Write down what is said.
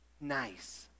Nice